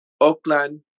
Oakland